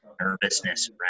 nervousness